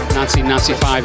1995